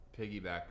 piggyback